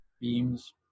beams